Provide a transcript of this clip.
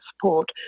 support